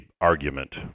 argument